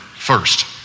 First